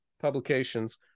Publications